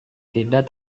tidak